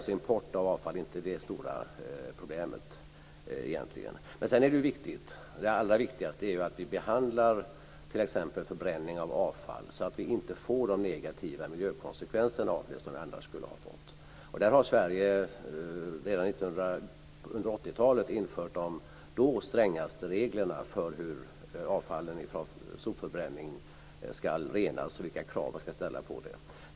Import av avfall är egentligen inte det stora problemet. Det allra viktigaste är att vi behandlar förbränning av avfall så att vi inte får de negativa miljökonsekvenser som vi annars skulle ha fått. Där införde Sverige redan under 1980-talet de då strängaste reglerna för hur avfallet från sopförbränning ska renas och vilka krav som man ska ställa på detta.